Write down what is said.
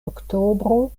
oktobro